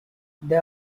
they